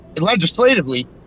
legislatively